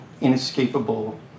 inescapable